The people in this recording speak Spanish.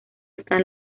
están